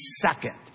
second